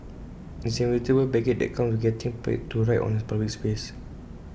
IT is the inevitable baggage that comes with getting paid to write on A public space